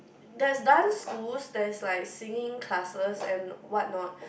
that's dance schools that is like singing classes and why not